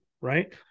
right